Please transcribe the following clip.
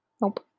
Nope